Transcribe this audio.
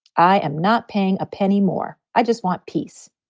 i am not paying a penny more. i just want peace.